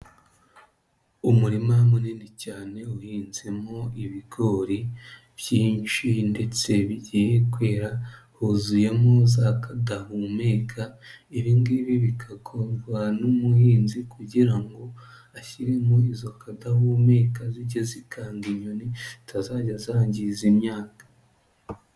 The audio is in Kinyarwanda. Umurima munini cyane uhinzemo ibigori byinshi ndetse bigiye kwera huzuyemo za kadahumeka, ibingibi bikagorwa n'umuhinzi kugira ngo ashyiremo izo kadahumeka zijye zikanga inyoni zitazajya zangiza im imyaka.